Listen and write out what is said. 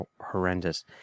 horrendous